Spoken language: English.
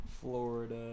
Florida